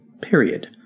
period